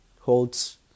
holds